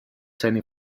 seine